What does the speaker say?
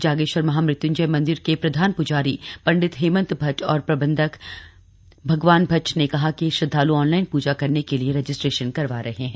जागेश्वर महामृत्यंजय मंदिर के प्रधान प्जारी पण्डित हेमन्त भट्ट और प्रबन्धक भगवान भट्ट ने कहा कि श्रद्वाल् ऑनलाइन पूजा करने के लिए रजिस्ट्रेशन करवा रहे हैं